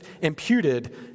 imputed